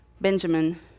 Benjamin